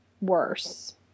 worse